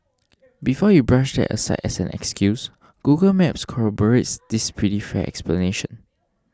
before you brush that aside as an excuse Google Maps corroborates this pretty fair explanation